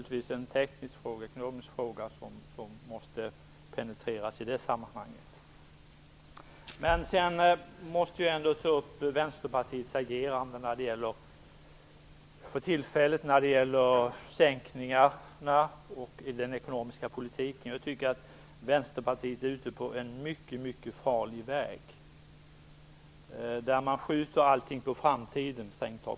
Det är en teknisk-ekonomisk fråga som måste penetreras i det sammanhanget. Jag måste ändå ta upp Vänsterpartiets agerande för tillfället när det gäller sänkningarna och den ekonomiska politiken. Jag tycker att Vänsterpartiet är ute på en mycket farlig väg. Man skjuter allting på framtiden.